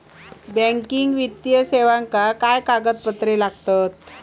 Banking वित्तीय सेवाक काय कागदपत्र लागतत?